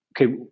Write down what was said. okay